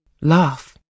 laugh